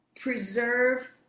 preserve